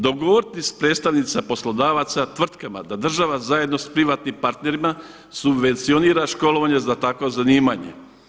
Dogovoriti sa predstavnicima poslodavaca, tvrtkama da država zajedno sa privatnim partnerima subvencionira školovanje za takvo zanimanje.